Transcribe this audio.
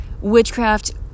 Witchcraft